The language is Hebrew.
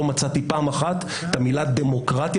לא מצאתי פעם אחת את המילה דמוקרטיה